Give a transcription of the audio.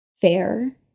fair